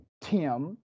Tim